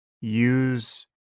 use